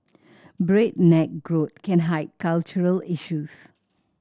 breakneck growth can hide cultural issues